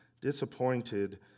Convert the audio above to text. disappointed